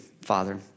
Father